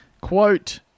Quote